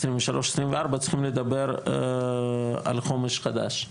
2023-2024 צריכים לדבר על חומש חדש.